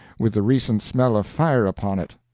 with the recent smell of fire upon it.